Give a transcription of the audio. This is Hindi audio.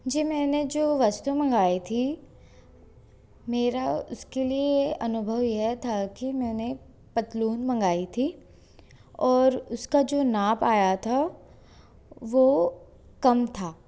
जी मैंने जो वस्तु मंगाई थी मेरा उसके लिए अनुभव यह था कि मैंने पतलून मंगाई थी और उसका जो नाप आया था वो कम था